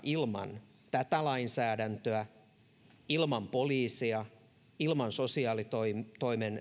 ilman tätä lainsäädäntöä ilman poliisia ilman sosiaalitoimen